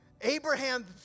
Abraham